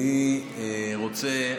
אני רוצה,